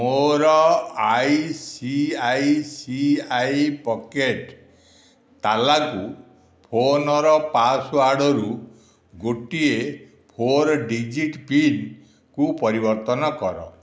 ମୋର I C I C I pocket ତାଲାକୁ ଫୋନ୍ର ପାସ୍ୱାର୍ଡ ରୁ ଗୋଟିଏ ଫୋର୍ ଡିଜିଟ୍ ପିନ୍ କୁ ପରିବର୍ତ୍ତନ କର